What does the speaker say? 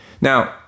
Now